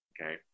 Okay